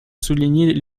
souligner